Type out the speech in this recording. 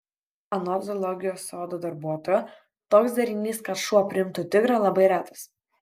anot zoologijos sodo darbuotojo toks derinys kad šuo priimtų tigrą labai retas